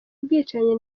ubwicanyi